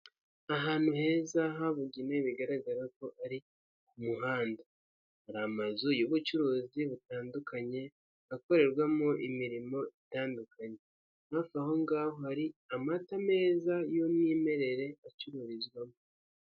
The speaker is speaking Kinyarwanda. Ahantu heza habugewe bigaragara ko ari umuhanda, hari amazu y'ubucuruzi butandukanye akorerwamo imirimo itandukanye, aho ngaho hari amata meza y'umwimerere acururizwamo.